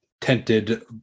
tented